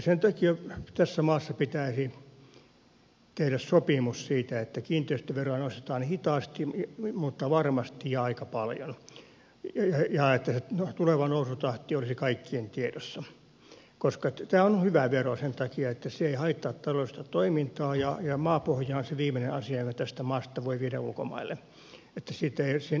sen takia tässä maassa pitäisi tehdä sopimus siitä että kiinteistöveroa nostetaan hitaasti mutta varmasti ja aika paljon ja että tuleva nousutahti olisi kaikkien tiedossa koska tämä on hyvä vero sen takia että se ei haittaa taloudellista toimintaa ja maapohja on se viimeinen asia jonka tästä maasta voi viedä ulkomaille